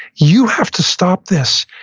you have to stop this.